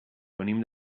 venim